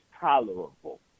tolerable